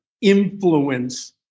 influence